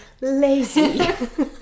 lazy